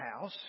house